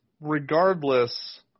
Regardless